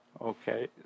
Okay